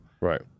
Right